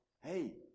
Hey